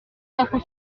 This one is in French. quatre